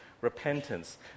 repentance